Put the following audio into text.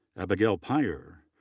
abigail pyer,